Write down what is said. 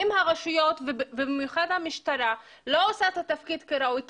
אם הרשויות ובמיוחד המשטרה לא עושה את התפקיד כראוי,